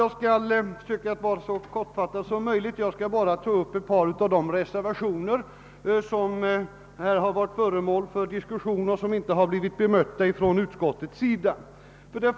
Jag skall försöka vara så kortfattad som möjligt, och jag skall bara ta upp ett par av de reservationer, som här har varit föremål för diskussion och som inte har blivit bemötta från utskottets sida.